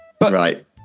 Right